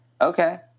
Okay